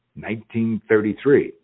1933